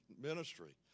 ministry